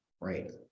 Right